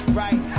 right